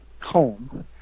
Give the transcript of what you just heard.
home